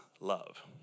love